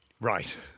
Right